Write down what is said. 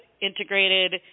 integrated